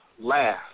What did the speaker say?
last